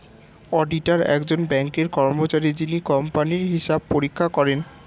auditor একজন ব্যাঙ্কের কর্মচারী যিনি কোম্পানির হিসাব পরীক্ষা করেন